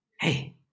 hey